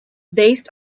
based